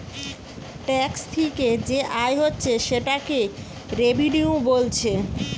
tax থিকে যে আয় হচ্ছে সেটাকে রেভিনিউ বোলছে